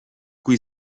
cui